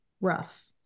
rough